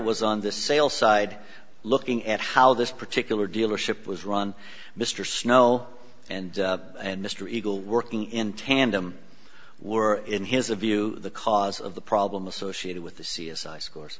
was on the sales side looking at how this particular dealership was run mr snow and and mr eagle working in tandem were in his view the cause of the problem associated with the c s i scores